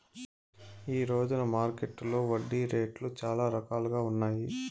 ఈ రోజున మార్కెట్టులో వడ్డీ రేట్లు చాలా రకాలుగా ఉన్నాయి